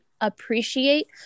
appreciate